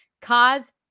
Cause